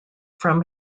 from